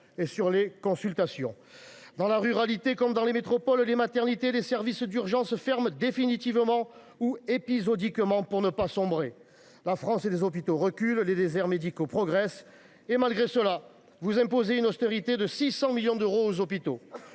et sur les consultations. Dans la ruralité comme dans les métropoles, les maternités et les services d’urgences ferment épisodiquement, pour ne pas sombrer, ou définitivement. La France des hôpitaux recule. Les déserts médicaux progressent. Malgré cela, vous imposez une austérité de 600 millions d’euros aux